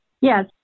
Yes